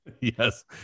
Yes